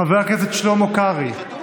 חבר הכנסת שלמה קרעי,